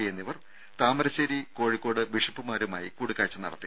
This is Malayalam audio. പി എന്നിവർ താമരശേരി കോഴിക്കോട് ബിഷപ്പുമാരുമായി കൂടിക്കാഴ്ച നടത്തി